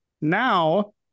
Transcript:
Now